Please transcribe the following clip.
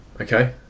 Okay